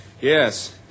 Yes